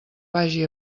vagi